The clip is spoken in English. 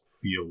feel